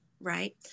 right